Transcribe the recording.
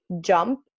jump